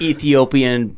Ethiopian